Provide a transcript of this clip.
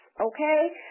okay